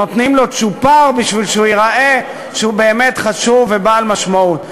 נותנים לו צ'ופר כדי שהוא ייראה חשוב ובעל משמעות.